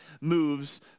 moves